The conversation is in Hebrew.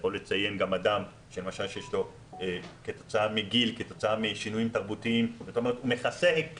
יכול לציין אדם שכתוצאה מגיל או שינויים תרבותיים יש לו מוגבלות.